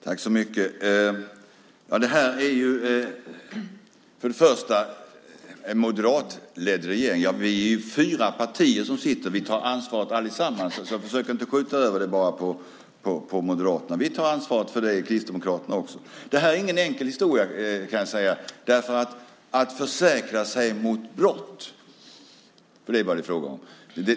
Fru talman! Vi har en moderatledd regering, men vi är fyra partier i den, och vi tar ansvar allesammans. Så försök inte att skjuta över detta på bara Moderaterna. Kristdemokraterna tar också ansvar för detta. Det är ingen enkel historia, kan jag säga, att försäkra sig mot brott. Det är nämligen vad det är fråga om.